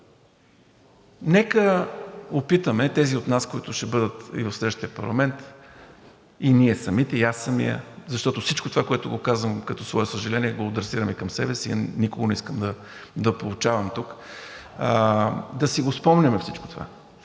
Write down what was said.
Нека опитаме – тези от нас, които ще бъдат и в следващия парламент, и ние самите, и аз самият, защото всичко това, което го казвам като свое съжаление, го адресирам и към себе си, никого не искам да поучавам тук, да си го спомняме всичко това.